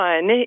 One